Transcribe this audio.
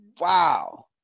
Wow